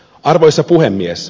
arvoisa puhemies